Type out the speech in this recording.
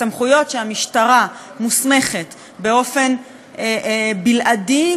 סמכויות שהמשטרה מוסמכת באופן בלעדי,